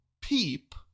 peep